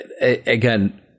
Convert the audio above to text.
again